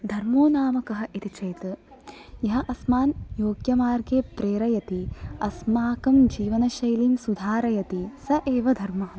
धर्मो नाम कः इति चेत् यः अस्मान् योग्यमार्गे प्रेरयति अस्माकं जीवनशैलीं सुधारयति स एव धर्मः